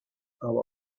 aber